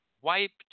wiped